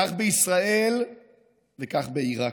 כך בישראל וכך בעיראק.